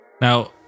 Now